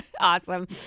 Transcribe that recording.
Awesome